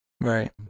right